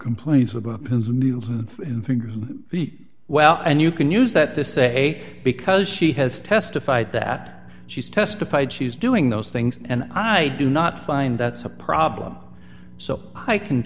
think the well and you can use that to say because she has testified that she's testified she's doing those things and i do not find that's a problem so i can